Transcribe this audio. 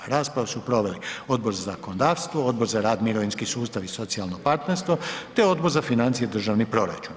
Raspravu su proveli Odbor za zakonodavstvo, Odbor za rad, mirovinski sustav i socijalno partnerstvo te Odbor za financije i državni proračun.